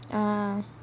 ah